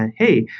and hey,